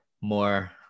more